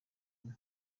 imwe